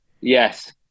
Yes